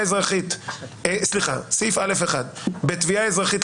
סעיף א(1): "בתביעה אזרחית,